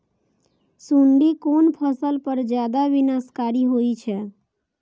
सुंडी कोन फसल पर ज्यादा विनाशकारी होई छै?